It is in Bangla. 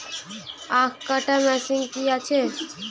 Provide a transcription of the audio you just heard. আখ কাটা মেশিন কি আছে?